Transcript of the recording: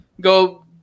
go